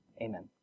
amen